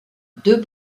deux